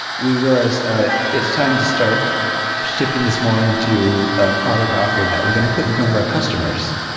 we realized, all right, it's time to start shifting this more into a product offering that we're going to put in front of our customers.